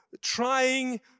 trying